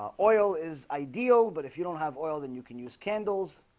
ah oil is ideal but if you don't have oil then you can use candles?